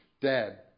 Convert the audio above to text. Dad